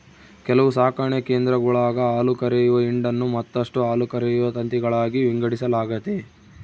ಕೆಲವು ಸಾಕಣೆ ಕೇಂದ್ರಗುಳಾಗ ಹಾಲುಕರೆಯುವ ಹಿಂಡನ್ನು ಮತ್ತಷ್ಟು ಹಾಲುಕರೆಯುವ ತಂತಿಗಳಾಗಿ ವಿಂಗಡಿಸಲಾಗೆತೆ